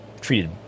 treated